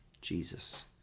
Jesus